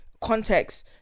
context